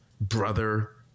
brother